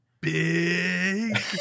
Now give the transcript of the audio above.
big